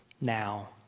Now